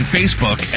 Facebook